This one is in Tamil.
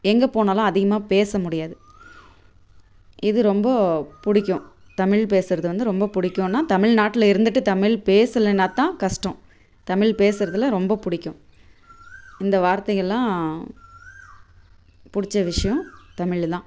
எங்கே போனாலும் அதிகமாக பேச முடியாது இது ரொம்ப பிடிக்கும் தமிழ் பேசுகிறது வந்து ரொம்ப பிடிக்கும்னா தமிழ்நாட்ல இருந்துவிட்டு தமிழ் பேசலைனா தான் கஷ்டம் தமிழ் பேசுகிறதுல ரொம்ப பிடிக்கும் இந்த வார்த்தைகளெல்லாம் பிடிச்ச விஷயம் தமிழ் தான்